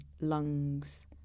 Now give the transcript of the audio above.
lungs